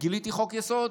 וגיליתי חוק-יסוד,